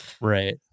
Right